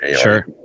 Sure